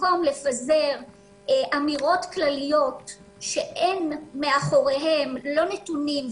במקום לפזר אמירות כלליות שאין מאחוריהן לא נתונים,